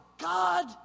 God